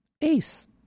Ace